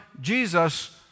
Jesus